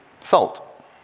salt